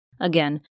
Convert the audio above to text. Again